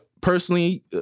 personally